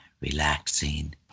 relaxing